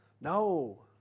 No